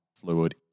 fluid